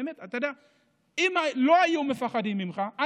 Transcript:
אם לא היו מפחדים ממך,